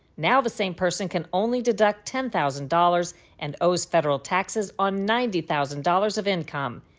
now the same person can only deduct ten thousand dollars and owes federal taxes on ninety thousand dollars of income.